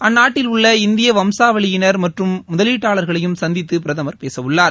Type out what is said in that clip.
அந்நாட்டில் உள்ள இந்திய வம்சாவளியினர் மற்றும் முதலீட்டாளர்களையும் சந்தித்து பிரதமர் பேசவுள்ளார்